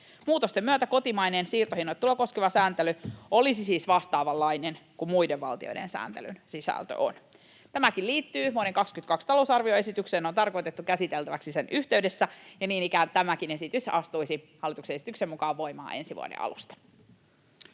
Muutosten myötä kotimainen siirtohinnoittelua koskeva sääntely olisi siis vastaavanlainen kuin muiden valtioiden sääntelyn sisältö on. Tämäkin liittyy vuoden 22 talousarvioesitykseen ja on tarkoitettu käsiteltäväksi sen yhteydessä, ja niin ikään tämäkin esitys astuisi hallituksen esityksen mukaan voimaan ensi vuoden alusta.